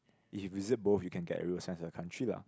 if you visit both you can get a real sense of the country lah